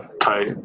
tight